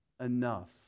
enough